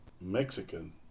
Mexican